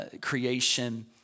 creation